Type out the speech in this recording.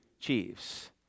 Chiefs